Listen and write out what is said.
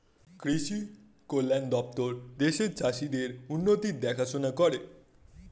কৃষি কল্যাণ দপ্তর দেশের চাষীদের উন্নতির দেখাশোনা করে